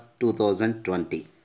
2020